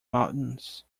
mountains